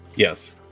Yes